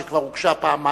שכבר הוגשה פעמיים,